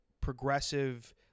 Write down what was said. progressive